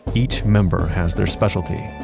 each member has their specialty.